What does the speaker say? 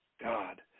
God